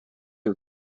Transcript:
are